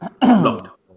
Blocked